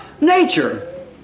Nature